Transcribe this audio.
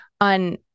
on